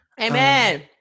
Amen